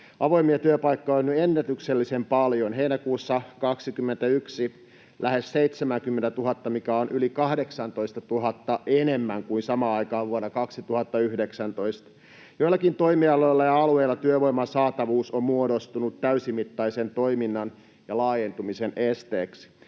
Avoimia työpaikkoja on nyt ennätyksellisen paljon: heinäkuussa 21 oli lähes 70 000, mikä on yli 18 000 enemmän kuin samaan aikaan vuonna 2019. Joillakin toimialoilla ja alueilla työvoiman saatavuus on muodostunut täysimittaisen toiminnan ja laajentumisen esteeksi.